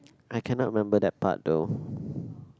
I cannot remember that part though